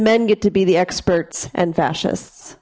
men get to be the experts and fascist